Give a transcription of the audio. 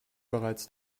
bereits